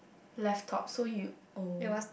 left top so you oh